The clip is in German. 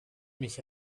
mich